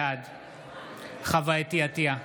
בעד חוה אתי עטייה,